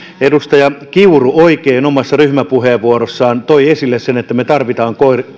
edustaja kiuru oikein omassa ryhmäpuheenvuorossaan toi esille sen että me tarvitsemme